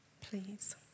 please